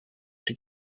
die